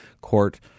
Court